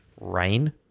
Rain